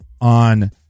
on